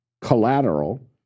Collateral